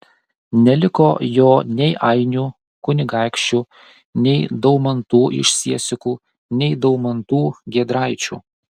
neliko jo nei ainių kunigaikščių nei daumantų iš siesikų nei daumantų giedraičių